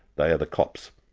they are the cops.